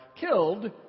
killed